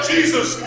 Jesus